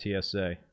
TSA